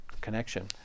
connection